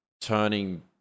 turning